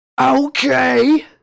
Okay